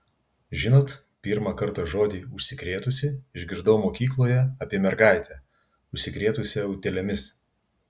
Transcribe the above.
žinot pirmą kartą žodį užsikrėtusi išgirdau mokykloje apie mergaitę užsikrėtusią utėlėmis